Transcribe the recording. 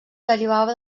derivava